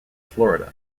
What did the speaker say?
florida